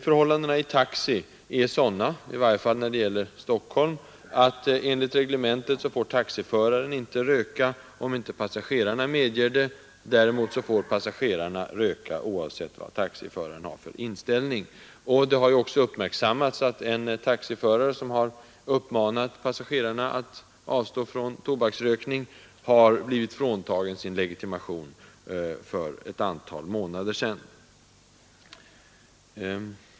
Förhållandena i taxi är sådana, i varje fall i Stockholm, att taxiföraren enligt reglementet inte får röka om inte passagerarna medger det. Däremot får passagerare röka oavsett vad taxiföraren har för inställning. Det har också inträffat att en taxiförare, som har uppmanat passagerarna att avstå från tobaksrökning, har blivit fråntagen sin legitimation för ett antal månader sedan.